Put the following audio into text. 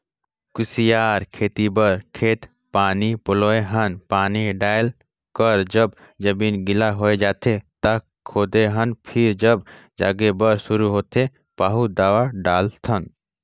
कुसियार खेती बर खेत पानी पलोए हन पानी डायल कर जब जमीन गिला होए जाथें त खोदे हन फेर जब जागे बर शुरू होथे पाहु दवा डालथन